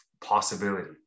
possibility